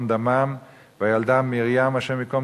והילדה מרים הי"ד,